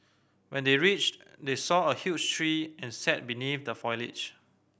when they reached they saw a huge tree and sat beneath the foliage